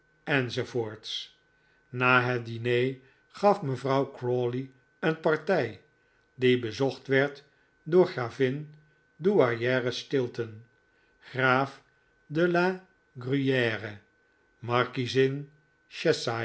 enz na het diner gaf mevrouw crawley een partij die bezocht werd door gravin douairiere stilton graaf de la gruyere markiezin